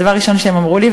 הדבר הראשון שהם אמרו לי,